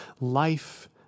life